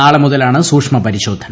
നാളെ മുതലാണ് സൂക്ഷ്മപരിശോധന